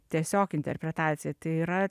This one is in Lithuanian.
tiesiog interpretacija tai yra